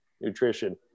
nutrition